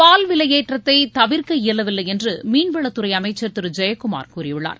பால் விலையேற்றத்தை தவிர்க்க இயலவில்லை என்று மீன்வளத்துறை அமைச்சர் திரு ஜெயக்குமார் கூறியுள்ளார்